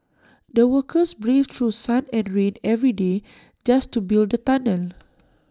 the workers braved through sun and rain every day just to build the tunnel